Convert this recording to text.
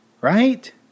Right